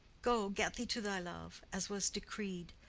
go get thee to thy love, as was decreed,